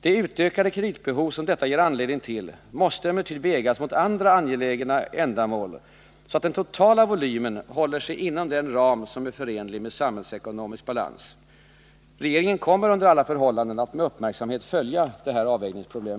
De utökade kreditbehov som detta ger anledning till måste emellertid vägas mot andra angelägna ändamål, så att den totala volymen håller sig inom en ram som är förenlig med samhällsekonomisk balans. Regeringen kommer under alla förhållanden att med uppmärksamhet följa detta avvägningsproblem.